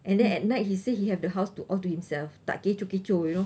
and then at night he say he have the house to all to himself tak kecoh-kecoh you know